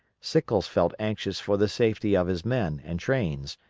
sickles felt anxious for the safety of his men and trains,